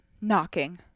knocking